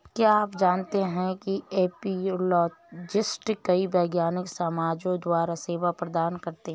क्या आप जानते है एपियोलॉजिस्ट कई वैज्ञानिक समाजों द्वारा सेवा प्रदान करते हैं?